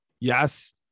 yes